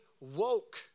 woke